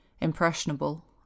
impressionable